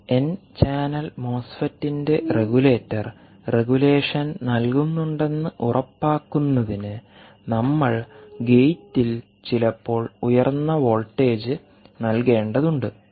ഒരു N channel മോസ്ഫെറ്റിന്റെ regulator regulation നൽകുന്നുണ്ടെന്ന് ഉറപ്പാക്കുന്നതിന് നമ്മൾ ഗേറ്റിൽ ചിലപ്പോൾ ഉയർന്ന വോൾട്ടേജ് നൽകേണ്ടതുണ്ട്